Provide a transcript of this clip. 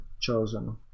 chosen